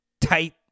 tight